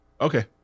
okay